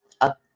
up